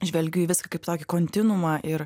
žvelgiu į viską kaip tokį kontinuumą ir